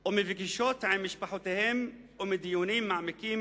ומפגישות עם משפחותיהם ומדיונים מעמיקים